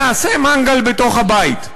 נעשה מנגל בתוך הבית,